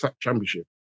championship